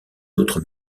autres